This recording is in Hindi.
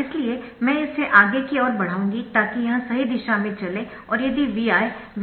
इसलिए मैं इसे आगे की ओर बढ़ाऊंगी ताकि यह सही दिशा में चले और यदि Vi